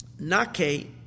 nake